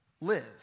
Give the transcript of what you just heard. live